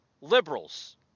liberals